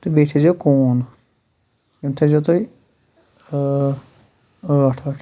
تہٕ بیٚیہِ تھٔےزیو کوٗن یِم تھٔےزیو تُہۍ ٲٹھ ٲٹھ